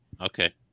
Okay